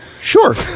Sure